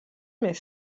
més